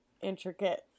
intricate